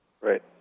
Right